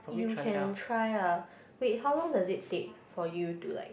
you can try lah wait how long does it take for you to like